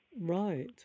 Right